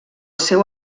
seu